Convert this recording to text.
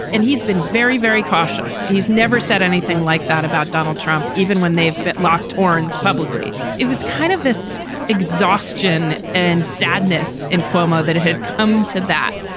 and he's been very, very cautious. he's never said anything like that about donald trump, even when they've locked horns publicly. it was kind of this exhaustion and sadness and cuomo that had come to that,